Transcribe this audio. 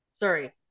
Sorry